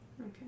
Okay